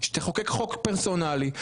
שתחוקק חוק פרסונלי.